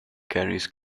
carries